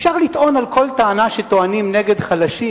אפשר לטעון על כל טענה שטוענים נגד חלשים,